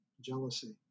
jealousy